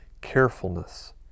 carefulness